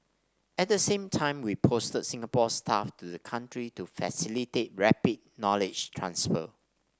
at the same time we posted Singapore staff to the country to facilitate rapid knowledge transfer